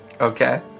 Okay